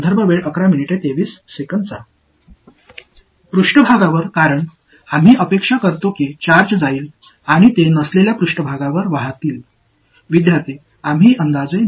மாணவர்நாம் a மேற்பரப்பை எடுத்துக்கொள்கிறோம் Refer Time 1123 ஏனெனில் சார்ஜ் சென்று மேற்பரப்பில் பாயும் என்று நாம் எதிர்பார்க்கிறோம் அவ்வாறு நடைபெறாது